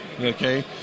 okay